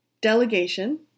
Delegation